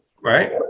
right